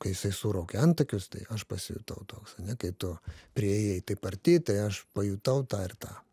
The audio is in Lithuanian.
kai jisai suraukė antakius tai aš pasijutau toks ane kaip tu priėjai taip arti tai aš pajutau tą ir tą